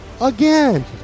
again